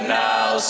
now